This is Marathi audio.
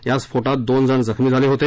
या स्फोटात दोन जण जखमी झाले होते